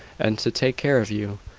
and to take care of you,